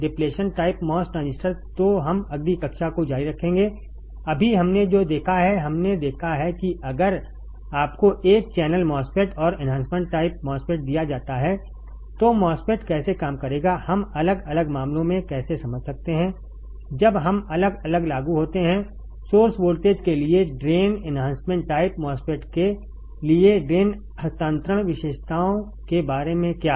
depletion type MOS transistor तो हम अगली कक्षा को जारी रखेंगे अभी हमने जो देखा है हमने देखा है कि अगर आपको एक चैनल MOSFET और एन्हांसमेंट टाइप MOSFET दिया जाता है तो MOSFET कैसे काम करेगा हम अलग अलग मामलों को कैसे समझ सकते हैं जब हम अलग अलग लागू होते हैं सोर्स वोल्टेज के लिए ड्रेन एन्हांसमेंट टाइप MOSFET के लिए ड्रेन हस्तांतरण विशेषताओं के बारे में क्या